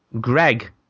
Greg